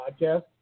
podcast